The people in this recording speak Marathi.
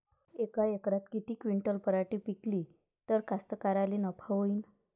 यका एकरात किती क्विंटल पराटी पिकली त कास्तकाराइले नफा होईन?